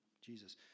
Jesus